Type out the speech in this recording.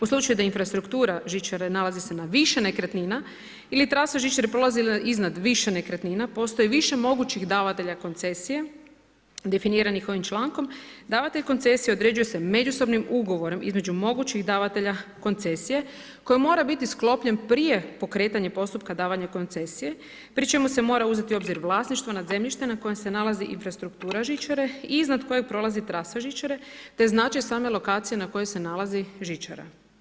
U slučaju da infrastruktura žičare nalazi se na više nekretnina ili trasa žičare prolazi iznad više nekretnina postoji više mogućih davatelja koncesija, definiranih ovih člankom, davatelj koncesije određuje se međusobnim ugovorom između mogućim davatelja koncesija koja mora biti sklopljen prije pokretanja postupka davanja koncesija, pri čemu se mora uzeti u obzir vlasništvo, nad zemljištem na kojim se nalazi infrastruktura žičare i iznad kojeg prolazi trasa žičare te značaj same lokacije na kojoj se nalazi žičara.